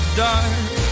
dark